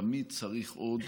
תמיד צריך עוד,